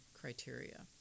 criteria